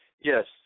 yes